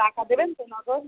টাকা দেবেন তো নগদ